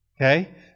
Okay